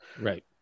right